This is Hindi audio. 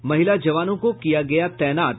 महिला जवानों को किया गया तैनात